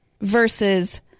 versus